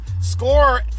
score